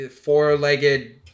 four-legged